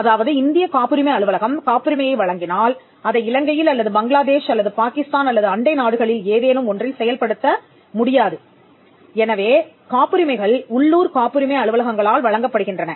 அதாவது இந்திய காப்புரிமை அலுவலகம் காப்புரிமையை வழங்கினால் அதை இலங்கையில் அல்லது பங்களாதேஷ் அல்லது பாகிஸ்தான் அல்லது அண்டை நாடுகளில் ஏதேனும் ஒன்றில் செயல்படுத்த முடியாது எனவே காப்புரிமைகள் உள்ளூர் காப்புரிமை அலுவலகங்களால் வழங்கப்படுகின்றன